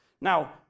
Now